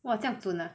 哇这样准啊